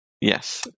Yes